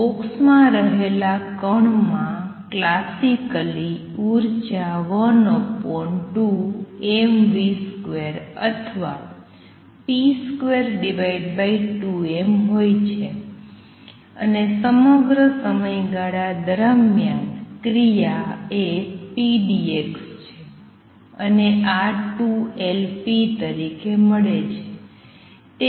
બોક્સમાં રહેલા કણ માં ક્લાસિકલી ઉર્જા 12mv2 અથવા p22m હોય છે અને સમગ્ર સમયગાળા દરમિયાન ક્રિયા એ pdx છે અને આ 2 Lp તરીકે મળે છે